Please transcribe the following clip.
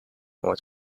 north